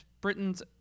Britain's